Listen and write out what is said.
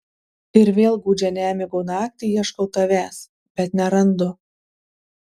ir vėl gūdžią nemigo naktį ieškau tavęs bet nerandu